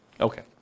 Okay